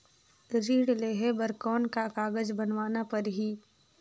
ऋण लेहे बर कौन का कागज बनवाना परही?